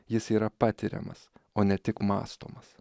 jis yra patiriamas o ne tik mąstomas